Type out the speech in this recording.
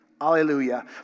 Hallelujah